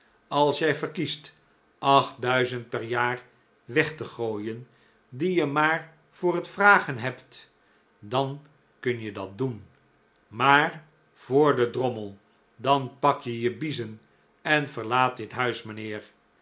als jij verkiest acht duizend per jaar weg te gooien die je maar voor het vragen hebt dan kun je dat doen maar voor den drommel dan pak je je biezen en verlaat dit huis mijnheer